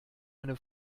eine